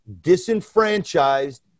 disenfranchised